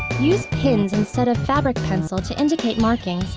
use pins instead of fabric pencil to indicate markings,